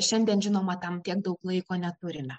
šiandien žinoma tam tiek daug laiko neturime